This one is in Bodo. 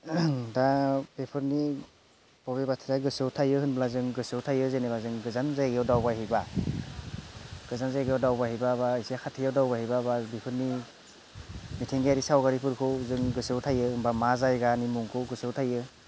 दा बेफोरनि बबे बाथ्राया गोसोआव थायो होनब्ला जों गोसोआव थायो जेनेबा जों गोजान जायगायाव दावबायहैब्ला गोजान जायगायाव दावबायहैबा बा एसे खाथियाव दावबायहैबा बा बेफोरनि मिथिंगायारि सावगारिफोरखौ जों गोसोआव थायो होनबा मा जायगानि मुंखौ गोसोआव थायो